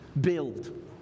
build